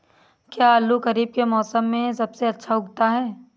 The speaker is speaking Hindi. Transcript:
क्या आलू खरीफ के मौसम में सबसे अच्छा उगता है?